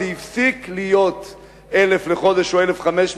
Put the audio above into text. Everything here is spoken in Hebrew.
זה הפסיק להיות 1,000 לחודש או 1,500,